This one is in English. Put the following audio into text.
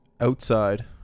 outside